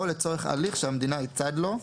או לצורך הליך שהמדינה היא צד לו,